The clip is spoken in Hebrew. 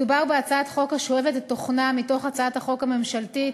מדובר בהצעת חוק השואבת את תוכנה מתוך הצעת החוק הממשלתית,